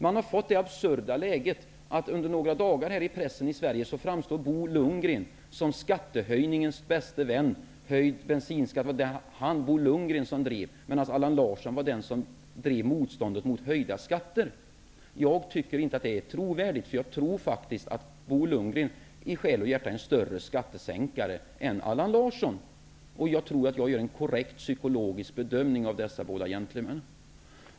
Vi har fått det absurda läget att Bo Lundgren under några veckor i den svenska pressen framstod som skattehöjningens bäste vän. Höjd bensinskatt var det Bo Lundgren som drev, medan Allan Larsson var den som drev motståndet mot höjda skatter. Jag tycker inte att det är trovärdigt, för jag tror faktiskt att Bo Lundgren i själ och hjärta är en större skattesänkare än Allan Larsson. Jag tror att jag gör en korrekt psykologisk bedömning av båda dessa gentlemän.